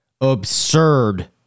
absurd